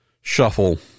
shuffle